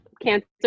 Cancer